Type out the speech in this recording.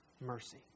mercy